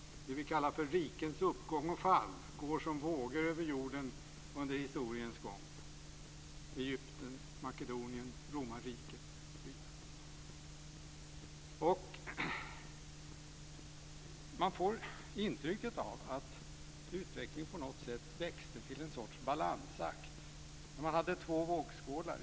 Det vi kallar för rikens uppgång och fall går som vågor över jorden under historiens gång - Man får intrycket att utvecklingen på något sätt växte till en sorts balansakt med två vågskålar.